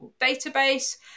database